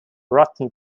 rotten